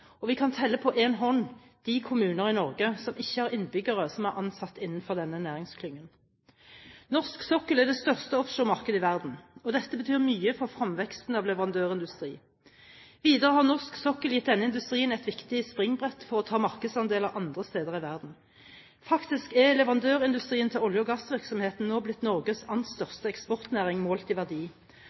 og vi kan telle på én hånd de kommuner i Norge som ikke har innbyggere som er ansatt innenfor denne næringen. Norsk sokkel er det største offshoremarkedet i verden, og dette betyr mye for fremveksten av leverandørindustri. Videre har norsk sokkel gitt denne industrien et viktig springbrett for å ta markedsandeler andre steder i verden. Faktisk er leverandørindustrien til olje- og gassvirksomheten nå blitt Norges nest største eksportnæring målt i verdi,